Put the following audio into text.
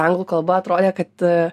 anglų kalba atrodė kad